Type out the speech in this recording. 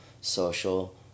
social